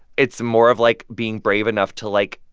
it's more of, like, being brave enough to, like,